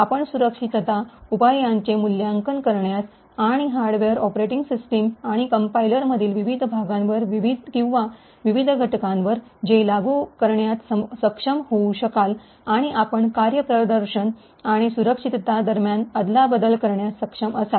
आपण सुरक्षितता उपायांचे मूल्यांकन करण्यास आणि हार्डवेअर ऑपरेटिंग सिस्टम आणि कंपाईलरमधील विविध भागांवर किंवा विविध घटकांवर ते लागू करण्यात सक्षम होऊ शकाल आणि आपण कार्यप्रदर्शन आणि सुरक्षितता दरम्यान अदला -बदल करण्यास सक्षम असाल